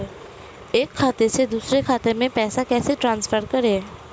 एक खाते से दूसरे खाते में पैसे कैसे ट्रांसफर करें?